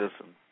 Listen